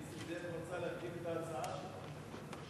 נסים זאב רצה להקדים את ההצעה שלו.